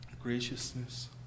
graciousness